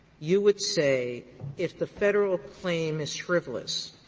you would say if the federal claim is frivolous,